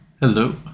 hello